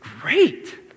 great